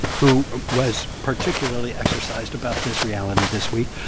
who was particularly exercised about this reality this week.